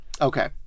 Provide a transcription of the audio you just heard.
Okay